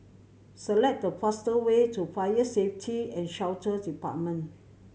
select the fastest way to Fire Safety And Shelter Department